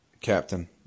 Captain